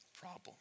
problem